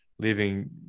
Leaving